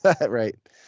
Right